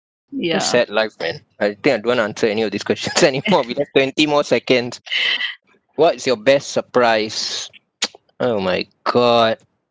it's sad life man I think I don't want to answer any of these questions anymore we have twenty more seconds what's your best surprise oh my god